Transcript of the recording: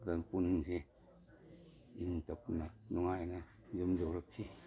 ꯄꯨꯛꯅꯤꯡꯁꯦ ꯏꯪ ꯇꯞꯇꯅ ꯅꯨꯡꯉꯥꯏꯅ ꯌꯨꯝ ꯌꯧꯔꯛꯈꯤ